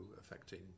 affecting